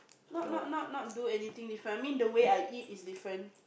not not not not do anything different I mean the way I eat is different